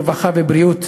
הרווחה והבריאות